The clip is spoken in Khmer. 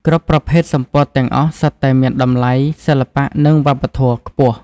គ្រប់ប្រភេទសំពត់ទាំងអស់សុទ្ធតែមានតម្លៃសិល្បៈនិងវប្បធម៌ខ្ពស់។